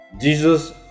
Jesus